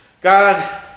God